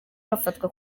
bafatwa